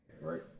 Right